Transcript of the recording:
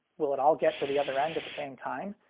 will it all get to the other end at the same time?